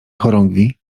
chorągwi